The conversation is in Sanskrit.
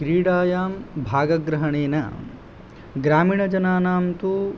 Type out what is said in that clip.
क्रीडायां भागग्रहणेन ग्रामीणजनानां तु